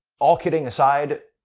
all kidding aside,